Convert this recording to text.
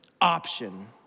option